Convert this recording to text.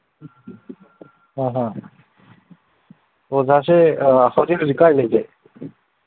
ꯑꯍꯥ ꯑꯣꯖꯥꯁꯦ ꯍꯧꯖꯤꯛ ꯍꯧꯖꯤꯛ ꯀꯥꯏ ꯂꯩꯒꯦ